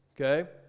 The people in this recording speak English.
Okay